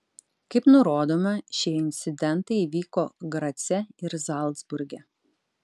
kaip nurodoma šie incidentai įvyko grace ir zalcburge